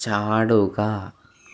ചാടുക